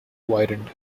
widened